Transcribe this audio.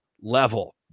level